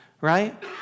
right